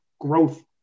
growth